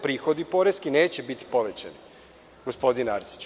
Prihodi poreski neće biti povećani, gospodine Arsiću.